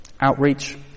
Outreach